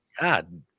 God